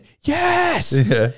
yes